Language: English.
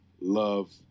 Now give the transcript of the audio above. love